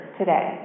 today